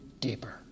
deeper